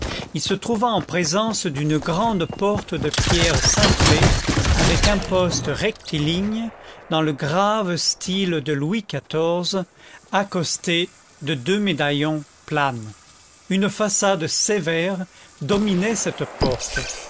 il se trouva en présence d'une grande porte de pierre cintrée avec imposte rectiligne dans le grave style de louis xiv accostée de deux médaillons planes une façade sévère dominait cette porte